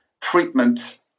treatment